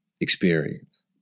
experience